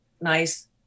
Nice